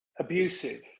abusive